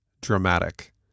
dramatic